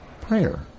prayer